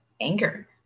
anger